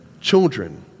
children